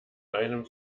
einem